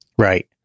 Right